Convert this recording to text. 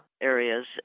areas